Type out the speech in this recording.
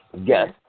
Yes